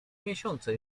miesiące